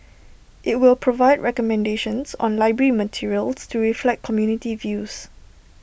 IT will provide recommendations on library materials to reflect community views